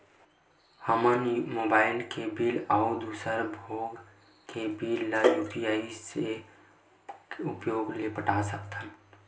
हमन mobile bill अउ दूसर भोग के बिल ला यू.पी.आई के उपयोग से पटा सकथन